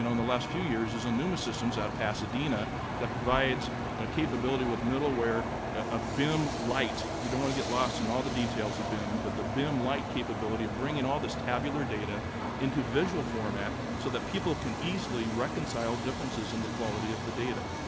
in in the last few years is onuma systems out of pasadena that provides a capability with middleware a bim light. you don't want to get lost in all the details of bim, but the bim light capability of bringing all this tabular data into visual format so that people and easily reconcile differences in the quality of the data.